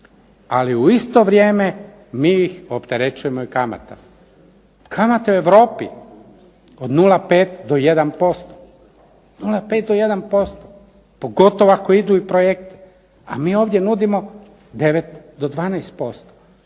ali u isto vrijeme mi ih opterećujemo i kamatama. Kamata u Europi od 0,5 do 1%, pogotovo ako idu i projekti, a mi ovdje nudimo 9 do 12%.